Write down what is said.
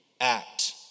act